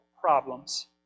problems